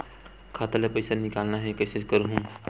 खाता ले पईसा निकालना हे, कइसे करहूं?